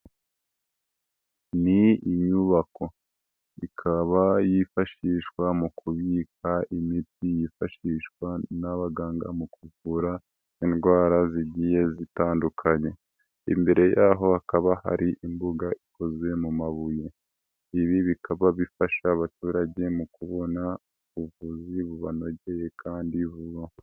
Ni inyubako ikaba yifashishwa mu kubika imiti yifashishwa n'abaganga mu kuvura indwara zigiye zitandukanye, imbere yaho hakaba hari imbuga ikozwe mu mabuye, ibi bikaba bifasha abaturage mu kubona ubuvuzi bubanogeye kandi vuba.